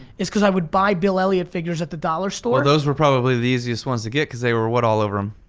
is cause i would buy bill elliot figures at the dollar store. well those were probably the easiest ones to get cause they were what all over him?